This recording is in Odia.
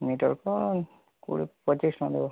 ମିଟର ତ କୋଡ଼ିଏ ପଚିଶ ଟଙ୍କା ଲାଗିବ